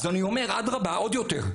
אדרבה, עוד יותר.